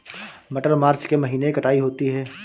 मटर मार्च के महीने कटाई होती है?